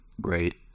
great